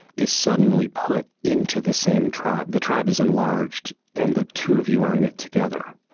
is suddenly put into the same tribe, the tribe is enlarged. and the two of you are in it together.